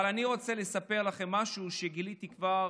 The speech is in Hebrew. אבל אני רוצה לספר לכם משהו שגיליתי כבר